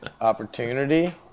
Opportunity